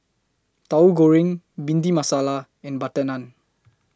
Tahu Goreng Bhindi Masala and Butter Naan